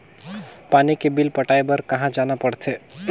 पानी के बिल पटाय बार कहा जाना पड़थे?